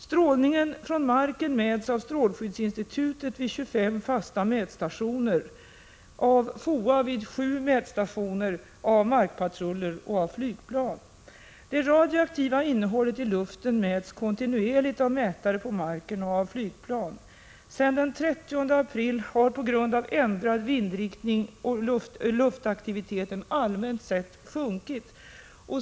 Strålningen från marken mäts av strålskyddsinstitutet vid 25 fasta mätstationer, av FOA vid 7 mätstationer, av markpatruller och av flygplansbesättningar. Det radioaktiva innehållet i luften mäts kontinuerligt av mätare på marken och i flygplan. Sedan den 30 april har på grund av ändrad vindriktning luftaktiviteten allmänt sett sjunkit.